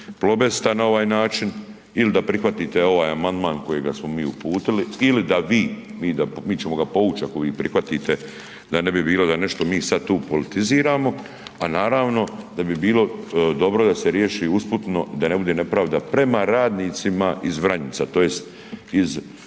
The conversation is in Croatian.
„Plobesta“ na ovaj način ili da prihvatite ovaj amandman kojega smo mi uputili ili da vi, mi ćemo ga povuć ako vi prihvatite da ne bi bilo da nešto mi sada tu politiziramo, a naravno da bi bilo dobro da se riješi usputno da ne bude nepravda prema radnicima iz Vranjica tj. iz bazena